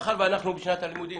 מאחר ואנחנו פתחנו את שנת הלימודים